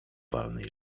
walnej